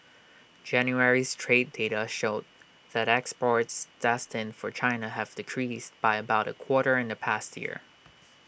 January's trade data showed that exports destined for China have decreased by about A quarter in the past year